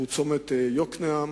שהיא צומת יוקנעם,